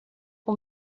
son